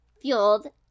fueled